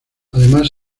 además